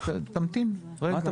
תמתין, רגע.